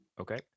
okay